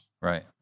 Right